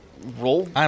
roll